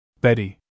Betty